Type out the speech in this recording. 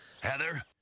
Heather